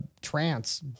trance